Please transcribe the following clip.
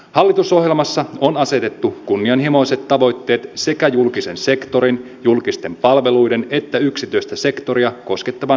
hallitusohjelmassa on asetettu kunnianhimoiset tavoitteet sekä julkisen sektorin julkisten palveluiden että yksityistä sektoria koskettavan digitalisoinnin osalta